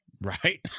Right